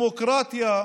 דמוקרטיה,